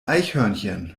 eichhörnchen